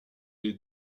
est